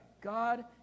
God